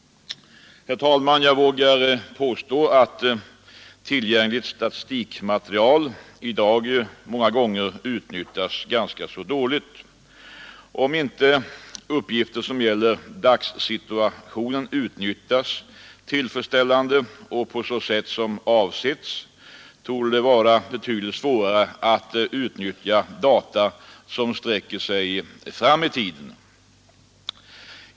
Herr talman! Jag vågar påstå, att tillgängligt statistikmaterial i dag många gånger utnyttjas ganska dåligt. Om inte uppgifter som gäller dagssituationen utnyttjas tillfredsställande och på sätt som avsetts, torde det vara betydligt svårare att göra det med data som avser förhållanden i framtiden.